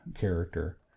character